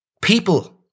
People